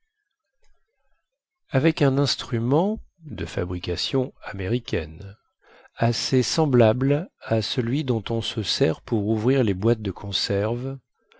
avec un instrument de fabrication américaine assez semblable à celui dont on se sert pour ouvrir les boîtes de conserve